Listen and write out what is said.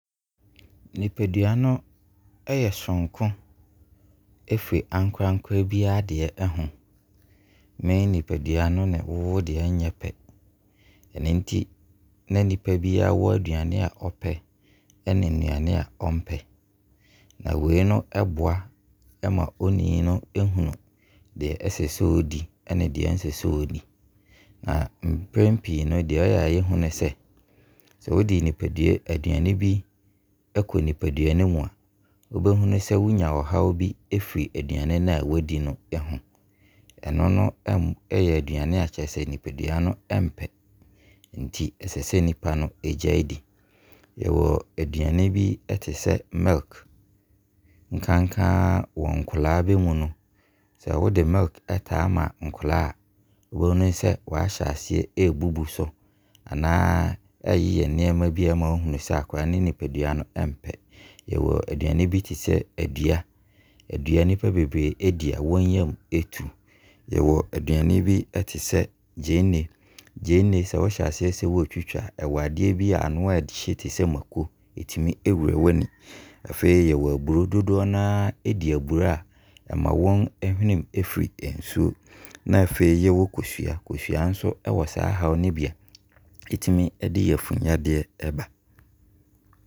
Nipadua no yɛ sononko firi ankorankora biara deɛ ho Me nnipadua no ne wo wo deɛ nyɛ pɛ. Ɛno nti, na nipa biara wɔ aduane a ɔpɛ ne nnuane a ɔmpɛ Na wei no boa ma onii no hu deɛ ɛsɛ sɛ ɔdi ɛne deɛ ɛnsɛ sɛ ɔdi. Na mpɛn pii no, deɛ ɔyɛ a yɛhu ne sɛ wo de aduane bi ɛkɔ nipadua no mu a, wobɛhunu sɛ wo nya haw bi firi aduane no a wadi no ho Ɛno no yɛ aduane kyerɛ sɛ nipadua no mpɛ, nti ɛsɛ sɛ nipa no gyae di Yɛwɔ aduane bi te sɛ milk, nkenkaa wɔ nkoraa bɛ mu no, sɛ wo de milk taa ma nkoraa a, wobɛhunu sɛ wahyeaseɛ ɛbubu so anaa ɛyɛ nneɛma bi a ɛma wohunu sɛ akoraa no nipadua mpɛ. Yɛwɔ aduane bi te sɛ adua, adua, nipa bebree di a, wɔn yam tu. Yɛwɔ aduane bi te sɛ gyeene, gyeene sɛ wohyɛaseɛ sɛ wɔtwitwa a, ɛwɔ adeɛ bi a ano ɛhye te sɛ maako a ɛtumi wura w'ani. Afei yɛwɔ aburo, dodoɔ no a di aburo a ɛma wɔn hwene mu firi nsuo. Afei yɛwɔ kosua, kosua nso wɔ saa haw no bi a ɛtumi de yfunu yadeɛ ba.